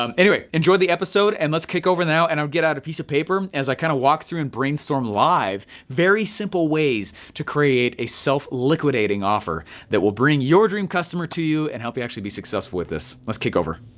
um anyway, enjoy the episode and let's kick over now and i would get out a piece of paper, as i kind of walk through and brainstorm live very simple ways to create a self-liquidating offer that will bring your dream customer to you and help you actually be successful with this. let's kick over.